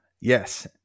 Yes